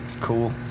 Cool